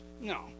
No